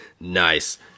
Nice